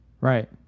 Right